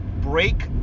break